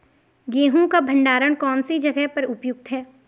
गेहूँ का भंडारण कौन सी जगह पर उपयुक्त है?